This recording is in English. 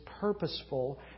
purposeful